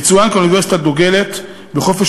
יצוין כי האוניברסיטה דוגלת בחופש